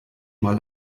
mal